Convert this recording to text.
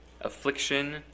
affliction